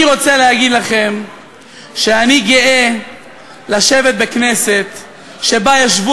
אני רוצה להגיד לכם שאני גאה לשבת בכנסת שבה ישבו